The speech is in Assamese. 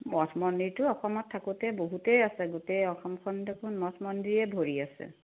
মঠ মন্দিৰটো অসমত থাকোঁতে বহুতেই আছে গোটেই অসমখন দেখোন মঠ মন্দিৰেই ভৰি আছে